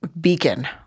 Beacon